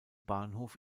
bahnhof